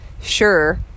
sure